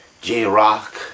J-Rock